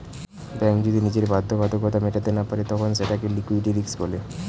bank যদি নিজের বাধ্যবাধকতা মেটাতে না পারে তখন সেটাকে লিক্যুইডিটি রিস্ক বলে